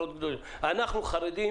אנחנו חרדים